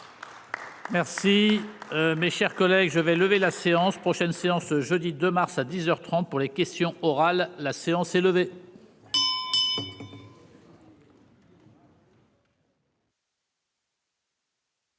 Merci. Mes chers collègues, je vais lever la séance prochaine séance ce jeudi de mars à 10h 30 pour les questions orales. La séance est levée.